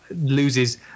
loses